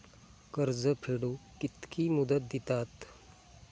कर्ज फेडूक कित्की मुदत दितात?